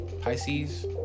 Pisces